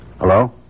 Hello